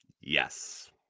yes